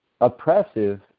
oppressive